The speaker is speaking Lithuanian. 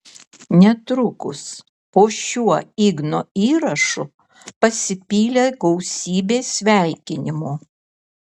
netrukus po šiuo igno įrašu pasipylė gausybė sveikinimų